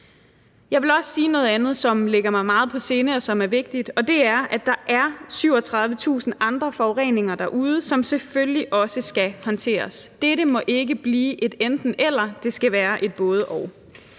Jeg vil også sige noget andet, som ligger mig meget på sinde, og som er vigtigt, og det er, at der er 37.000 andre forureninger derude, som selvfølgelig også skal håndteres. Dette må ikke blive et enten-eller, det skal være et både-og.